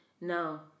Now